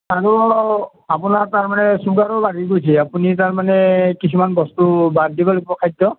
আৰু আপোনাৰ তাৰমানে চুগাৰো বাঢ়ি গৈছে আপুনি তাৰমানে কিছুমান বস্তু বাদ দিব লাগিব খাদ্য